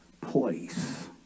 place